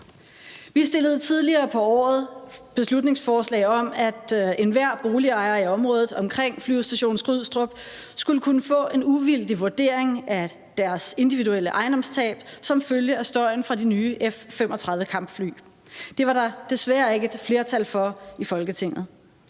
Vi fremsatte tidligere på året beslutningsforslag om, at enhver boligejer i området omkring Flyvestation Skrydstrup skulle kunne få en uvildig vurdering af deres individuelle ejendomstab som følge af støjen fra de nye F-35-kampfly. Det var der desværre ikke et flertal for i Folketinget,